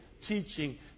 teaching